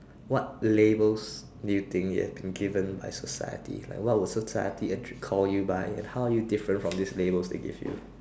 what labels do you think you have been given by society like what would society actually called you by and how are you different from these labels they give you